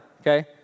okay